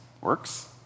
Works